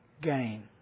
gain